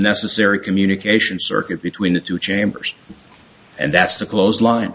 necessary communication circuit between the two chambers and that's the clothesline